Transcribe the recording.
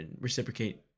reciprocate